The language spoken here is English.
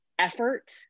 effort